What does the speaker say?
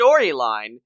storyline